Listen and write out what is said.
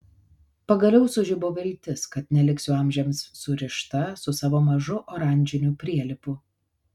pagaliau sužibo viltis kad neliksiu amžiams surišta su savo mažu oranžiniu prielipu